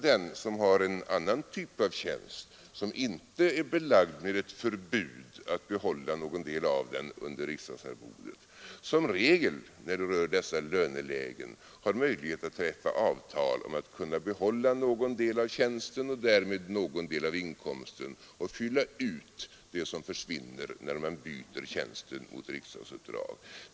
Den som har en annan typ av tjänst, som inte är belagd med förbud att behålla någon del av den under riksdagsarbetet, har däremot som regel när det gäller dessa lönelägen möjlighet att träffa avtal om att kunna behålla någon del av tjänsten och därmed någon del av inkomsten för att fylla ut det som försvinner när man byter tjänsten mot ett riksdagsuppdrag.